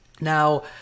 Now